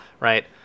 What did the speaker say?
right